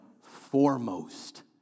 foremost